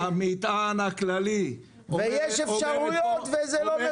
המטען הכללי --- ויש אפשרויות וזה לא מבוצע.